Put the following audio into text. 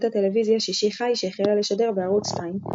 הטלוויזיה "שישי חי" שהחלה לשדר בערוץ 2,